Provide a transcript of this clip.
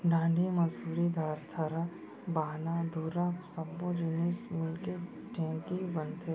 डांड़ी, मुसरी, थरा, बाहना, धुरा सब्बो जिनिस मिलके ढेंकी बनथे